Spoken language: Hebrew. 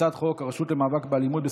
הצעת חוק הרשות למאבק באלימות,